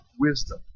wisdom